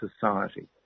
society